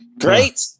Great